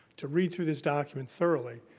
to read through this document thoroughly.